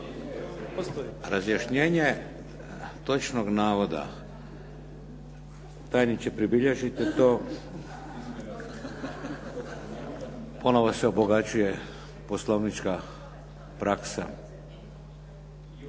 Razjašnjenje točnog navoda. Tajniče pribilježite to. Ponovo se obogaćuje poslovnička praksa.